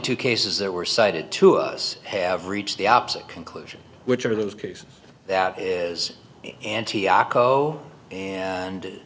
two cases that were cited to us have reached the opposite conclusion which are those cases that is an